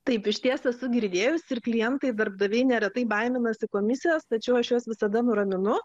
taip išties esu girdėjus ir klientai darbdaviai neretai baiminasi komisijos tačiau aš juos visada nuraminu